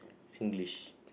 Singlish